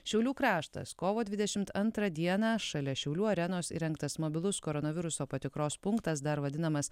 šiaulių kraštas kovo dvidešimt antrą dieną šalia šiaulių arenos įrengtas mobilus koronaviruso patikros punktas dar vadinamas